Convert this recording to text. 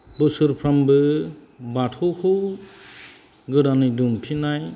बोसोरफ्रामबो बाथौखौ गोदानै दुमफिन्नाय